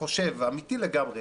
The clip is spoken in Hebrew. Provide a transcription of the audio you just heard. חושב באופן אמיתי לגמרי,